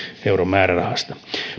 euron määrärahasta